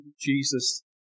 Jesus